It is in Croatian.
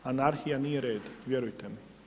Anarhija nije red vjerujte mi.